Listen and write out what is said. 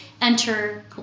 enter